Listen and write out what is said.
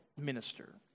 minister